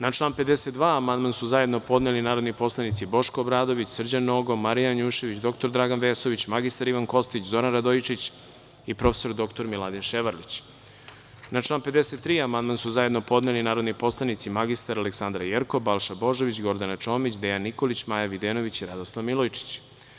Na član 52. amandman su zajedno podneli narodni poslanici Boško Obradović, Srđan Nogo, Marija Janušević, dr Dragan Vesović, mr Ivan Kostić, Zoran Radojičić i prof. dr Miladin Ševarlić Na član 53. amandman su zajedno podneli narodni poslanici mr Aleksandra Jerkov, Balša Božović, Gordana Čomić, Dejan Nikolić, Maja Videnović i Radoslav Milojičić.